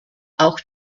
auch